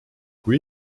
kui